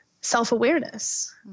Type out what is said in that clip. self-awareness